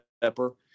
pepper